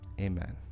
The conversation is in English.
Amen